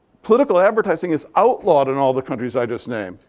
political advertising is outlawed in all the countries i just named.